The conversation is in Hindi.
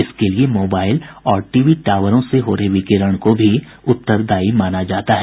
इसके लिए मोबाइल और टीवी टावरों से हो रहे विकिरण को भी उत्तरदायी माना जाता है